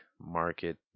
market